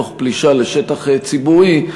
תוך פלישה לשטח ציבורי,